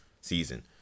season